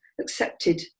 accepted